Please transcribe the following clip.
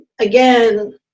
again